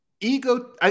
Ego